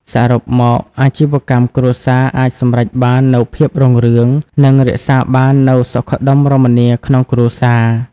សរុបមក អាជីវកម្មគ្រួសារអាចសម្រេចបាននូវភាពរុងរឿង និងរក្សាបាននូវសុខដុមរមនាក្នុងគ្រួសារ។